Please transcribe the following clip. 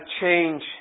change